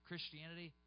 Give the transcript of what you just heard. Christianity